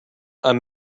i’m